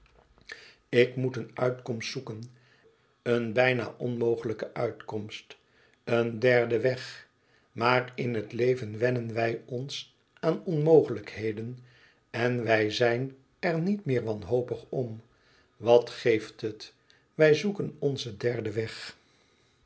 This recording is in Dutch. ik moet een uitkomst zoeken een bijna onmogelijke uitkomst een derden weg maar in het leven wennen wij ons aan onmogelijkheden en wij zijn er niet meer wanhopig om wat geeft het wij zoeken onzen derden weg